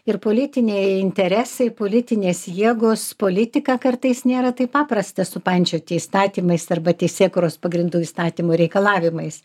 ir politiniai interesai politinės jėgos politiką kartais nėra taip paprasta supančioti įstatymais arba teisėkūros pagrindų įstatymo reikalavimais